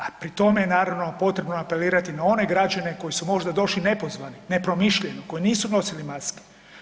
A pri tome je naravno potrebno apelirati na one građane koji su možda došli nepozvani nepromišljeno koji nisu nosili maske.